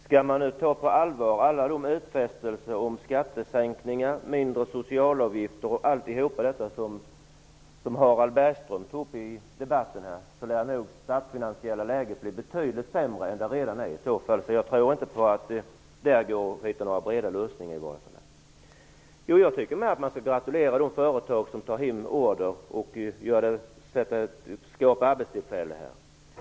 Skall man ta alla utfästelser om skattesänkningar och mindre socialavgifter som Harald Bergström tog upp i debatten på allvar lär nog det statsfinansiella läget bli betydligt sämre än det redan är. Jag tror inte att det går att hitta några breda lösningar där. Jag tycker också att vi skall gratulera de företag som tar hem order och skapar arbetstillfällen.